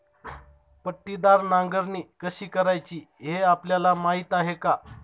पट्टीदार नांगरणी कशी करायची हे आपल्याला माहीत आहे का?